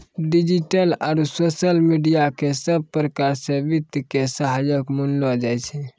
digital आरू social media क सब प्रकार स वित्त के सहायक मानलो जाय छै